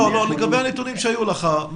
לא, לגבי הנתונים שהיו לך.